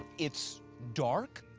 it's dark,